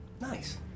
Nice